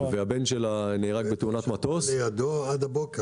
הבן שלה נהרג בתאונת מטוס -- ישבה לידו עד הבוקר.